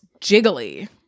jiggly